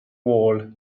wall